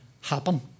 happen